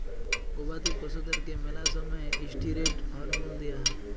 গবাদি পশুদ্যারকে ম্যালা সময়ে ইসটিরেড হরমল দিঁয়া হয়